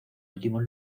últimos